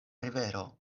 rivero